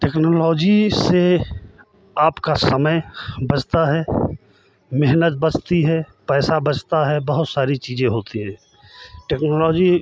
technology से आपका समय बचता है मेहनत बचती है पैसा बचता है बहुत सारी चीज़ें होती है टेक्नोलॉजी